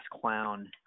clown